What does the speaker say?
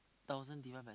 thousand divide by